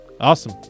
awesome